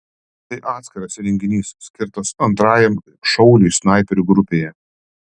tai atskiras įrenginys skirtas antrajam šauliui snaiperių grupėje